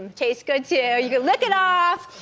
tastes good too. you can lick it off.